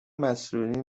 مسئولین